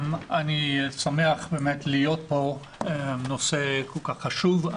אני שמח באמת להיות פה בנושא כל כך חשוב.